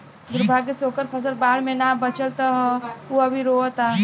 दुर्भाग्य से ओकर फसल बाढ़ में ना बाचल ह त उ अभी रोओता